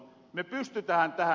me pystytähän tähän